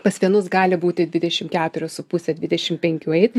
pas vienus gali būti dvidešim keturios su puse dvidešim penkių eit